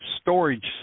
storage